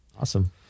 Awesome